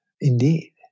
Indeed